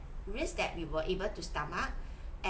risk that we were able to stomach and